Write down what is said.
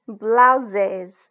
blouses